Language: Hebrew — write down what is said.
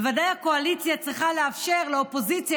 ובוודאי הקואליציה צריכה לאפשר לאופוזיציה